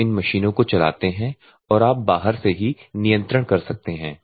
आप इन मशीनों को चलाते हैं और आप बाहर से ही नियंत्रण कर सकते हैं